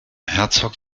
herzog